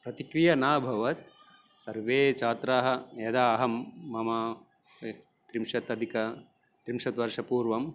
प्रतिक्रिया न अभवत् सर्वे छात्राः यदा अहं मम त्रिंशदधिकं त्रिंशत्वर्षपूर्वं